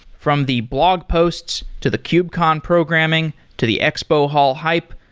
from the blog posts, to the kubecon programming, to the expo hall hype,